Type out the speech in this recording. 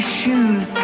shoes